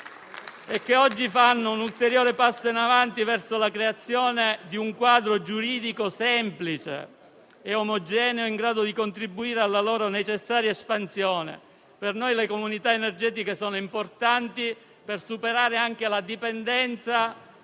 compiamo un ulteriore passo in avanti verso la creazione di un quadro giuridico semplice e omogeneo in grado di contribuire alla loro necessaria espansione. Per noi le comunità energetiche sono importanti per superare anche la dipendenza